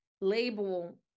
label